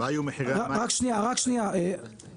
הסוגיה השנייה קשורה לנושא השירות,